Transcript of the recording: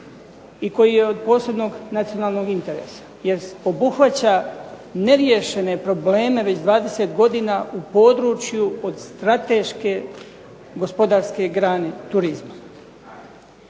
i koji je od posebnog nacionalnog interesa jer obuhvaća neriješene probleme već 20 godina u području od strateške gospodarske grane turizma.